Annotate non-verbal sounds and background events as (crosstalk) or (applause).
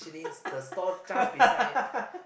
(laughs)